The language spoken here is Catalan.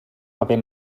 paper